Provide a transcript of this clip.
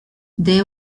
they